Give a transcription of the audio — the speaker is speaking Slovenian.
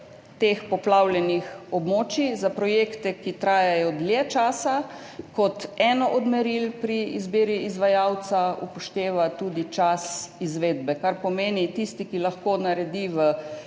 teh poplavljenih območjih za projekte, ki trajajo dlje časa, kot eno od meril pri izbiri izvajalca upošteva tudi čas izvedbe, kar pomeni tisti, ki lahko naredi v